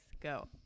go